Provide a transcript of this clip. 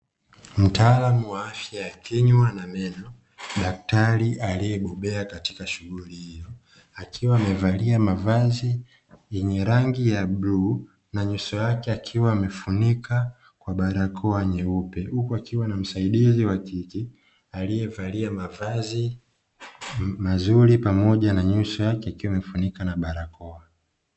Mtaalamu wa afya kinywa na meno, daktari aliyebobea katika shughuli hiyo, akiwa amevalia mavazi yenye rangi ya bluu, na nyuso yake akiwa amefunika kwa barakoa nyeupe, huku akiwa na msaidizi wa kike, aliyevalia mavazi mazuri, pamoja na nyuso yake akiwa amefunika na barakoa.